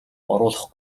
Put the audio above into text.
оруулах